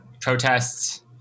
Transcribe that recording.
protests